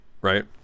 Right